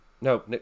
No